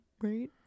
Right